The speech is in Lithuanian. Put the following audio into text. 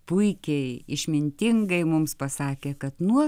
puikiai išmintingai mums pasakė kad nuo